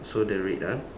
so the red ah